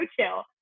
chill